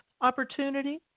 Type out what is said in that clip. opportunity